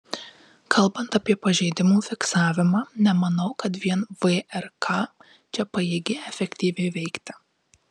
kalbant apie pažeidimų fiksavimą nemanau kad vien vrk čia pajėgi efektyviai veikti